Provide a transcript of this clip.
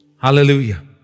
Hallelujah